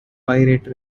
pirate